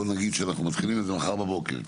בוא נגיד שאנחנו מתחילים את זה מחר בבוקר,